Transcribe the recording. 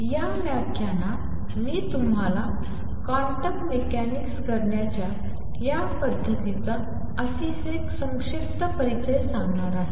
या व्याख्यानात मी तुम्हाला क्वांटम मेकॅनिक्स करण्याच्या या पद्धतीचा अतिशय संक्षिप्त परिचय सांगणार आहे